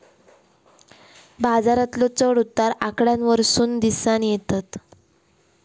बाजारातलो चढ उतार आकड्यांवरसून दिसानं येतत